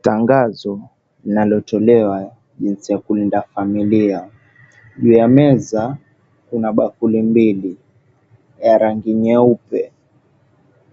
Tangazo linalotolewa jinsi ya kulinda familia. Juu ya meza kuna bakuli mbili, ya rangi nyeupe.